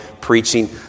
preaching